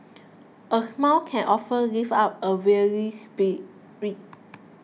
a smile can often lift up a weary spirit